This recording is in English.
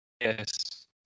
yes